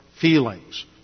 feelings